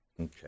Okay